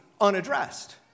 unaddressed